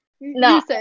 No